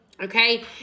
Okay